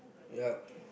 yep